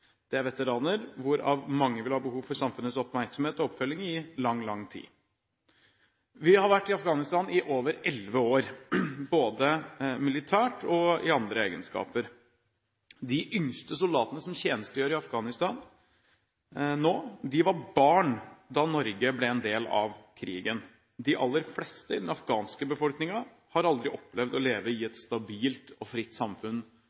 Det er veteraner, hvorav mange vil ha behov for samfunnets oppmerksomhet og oppfølging i lang, lang tid. Vi har vært i Afghanistan i over elleve år, både militært og i andre egenskaper. De yngste soldatene som tjenestegjør i Afghanistan nå, var barn da Norge ble del av krigen. De aller fleste i den afghanske befolkningen har aldri opplevd å leve i et stabilt og fritt samfunn,